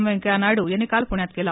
व्यंकय्या नायडू यांनी काल पुण्यात केलं